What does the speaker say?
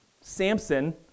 Samson